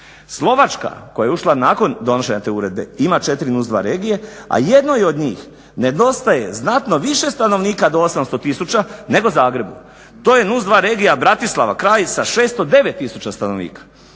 Slovačka koja je ušla nakon donošenja te uredbe ima 4 NUTS 2 regije, a jednoj od njih nedostaje znatno više stanovnika do 800 tisuća nego Zagrebu. To je NUTS 2 regija Bratislava – kraj sa 609 tisuća stanovnika.